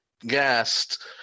gassed